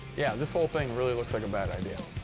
yeah, this whole thing really looks like a bad idea.